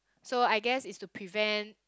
so I guess it's to prevent